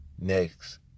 next